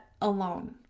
alone